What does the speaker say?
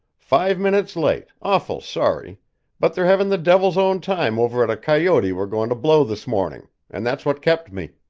five minutes late awful sorry but they're having the devil's own time over at a coyote we're going to blow this morning, and that's what kept me.